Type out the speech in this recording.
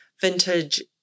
vintage